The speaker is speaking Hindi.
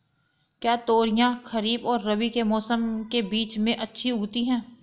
क्या तोरियां खरीफ और रबी के मौसम के बीच में अच्छी उगती हैं?